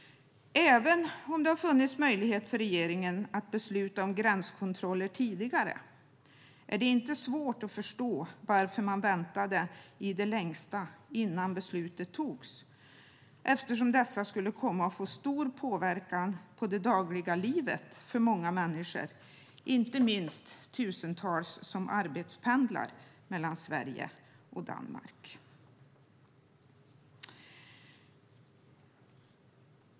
Även om det har funnits möjlighet för regeringen att besluta om gränskontroller tidigare är det inte svårt att förstå varför man väntade i det längsta innan beslutet togs. Gränskontrollerna skulle nämligen komma att få stor påverkan på det dagliga livet för många människor. Det gäller inte minst de tusentals som arbetspendlar mellan Sverige och Danmark.